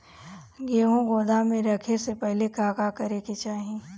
गेहु गोदाम मे रखे से पहिले का का करे के चाही?